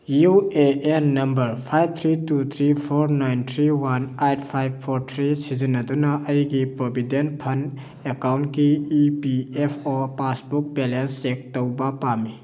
U A N number five three two three four nine three one eight five four three ꯁꯤꯖꯤꯟꯅꯗꯨꯅ ꯑꯩꯒꯤ provident fund ꯑꯦꯀꯥꯎꯟꯀꯤ E P F O passbook balance check ꯇꯧꯕ ꯄꯥꯝꯃꯤ